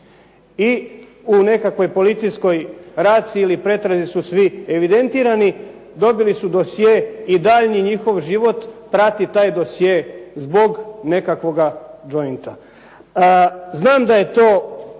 I u nekakvoj policijskoj raciji ili pretrazi su svi evidentirani, dobili su dosje i daljnji njihov život prati taj dosje zbog nekakvoga jointa. Znam da je to